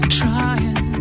trying